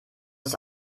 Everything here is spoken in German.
ist